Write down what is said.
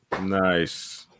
Nice